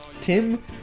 Tim